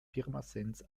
pirmasens